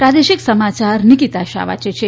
પ્રાદેશિક સમાચાર નિકિતા શાહ વાંચે છે